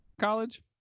college